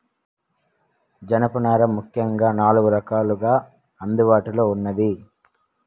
జనపనార ముఖ్యంగా నాలుగు రకాలుగా అందుబాటులో ఉన్నాది